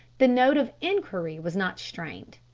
the note of inquiry was not strained.